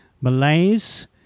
Malay's